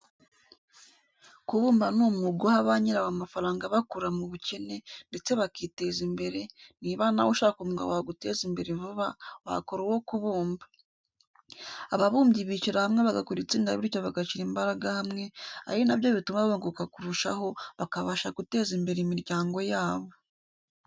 kubumba ni umwuga uha ba nyirawo amafaranga abakura mu bukene, ndetse bakiteza imbere, niba nawe ushaka umwuga waguteza imbere vuba, wakora uwo kubumba. Ababumbyi bishyira hamwe bagakora itsinda bityo bagashyira imbaraga hamwe, ari na byo bituma bunguka kurushaho, bakabasha guteza imbere imiryango yabo.